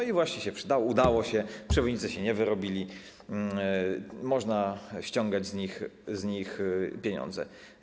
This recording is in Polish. I właśnie się przydały, udało się, przewoźnicy się nie wyrobili, można ściągać z nich pieniądze.